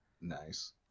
Nice